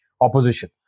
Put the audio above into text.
opposition